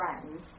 friends